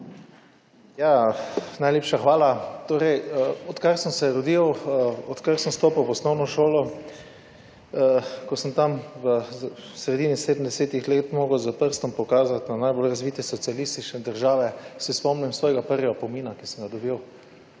Najlepša hvala. Torej, odkar sem se rodil, odkar sem vstopil v osnovno šolo, ko sem tam v sredini 70. let mogel s prstom pokazati na najbolj razvite socialistične države se spomnim svojega prvega opomina, ki sem ga dobil.